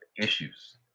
issues